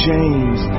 James